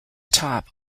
top